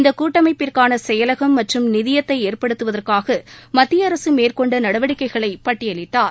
இந்த கூட்டமைப்பிற்கான செயலகம் மற்றும் நிதியத்தை ஏற்படுத்துவதற்காக மத்திய அரசு மேற்கொண்ட நடவடிக்கைகளை பட்டியலிட்டார்